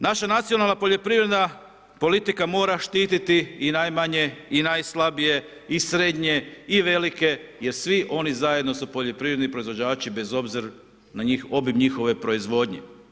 Naša nacionalna poljoprivredna politika mora štititi i najmanje i najslabije i srednje i velike jer svi oni zajedno su poljoprivredni proizvođači bez obzira na obim njihove proizvodnje.